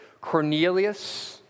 Cornelius